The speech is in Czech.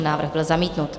Návrh byl zamítnut.